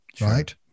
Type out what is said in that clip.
right